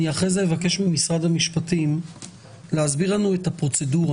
אחרי זה אני אבקש ממשרד המשפטים להסביר לנו את הפרוצדורה,